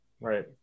Right